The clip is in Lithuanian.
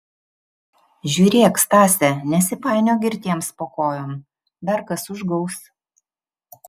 žiūrėk stase nesipainiok girtiems po kojom dar kas užgaus